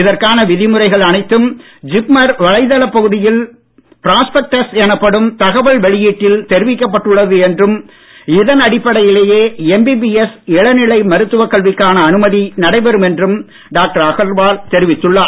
இதற்கான விதிமுறைகள் அனைத்தும் ஜிப்மர் வலைதளப் பகுதியில் பிராஸ்பெக்டர்ஸ் வெளியீட்டில் தெரிவிக்கப்பட்டுள்ளது என்றும் இதன் அடிப்படையிலேயே எம்பிஎஸ் இடைநிலை மருத்துவக் கல்விக்கான அனுமதி நடைபெறும் என்றும் டாக்டர் அகர்வால் தெரிவித்துள்ளார்